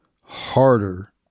harder